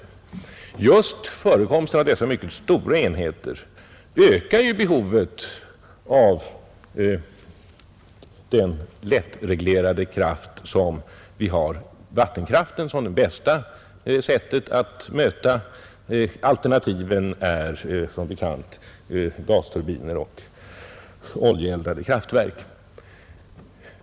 Men just förekomsten av dessa mycket stora enheter ökar behovet av lättreglerade anläggningar, och vattenkraften är därvid det bästa sättet att möta toppbelastningar i konsumtionen. Alternativen är som bekant gasturbiner och oljeeldade kraftverk.